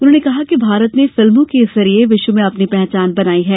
उन्होंने कहा कि भारत ने फिल्मों के जरिए विश्व में अपनी पहचान बनाई है